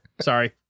Sorry